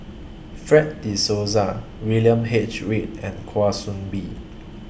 Fred De Souza William H Read and Kwa Soon Bee